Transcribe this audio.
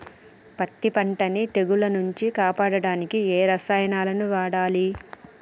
పత్తి పంటని తెగుల నుంచి కాపాడడానికి ఏ రసాయనాలను వాడాలి?